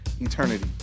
eternity